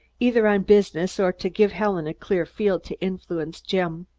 either on business or to give helen a clear field to influence jim.